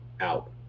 out